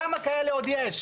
כמה עוד כאלה יש,